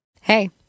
Hey